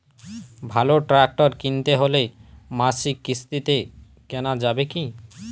ভালো ট্রাক্টর কিনতে হলে মাসিক কিস্তিতে কেনা যাবে কি?